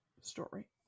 story